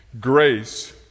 Grace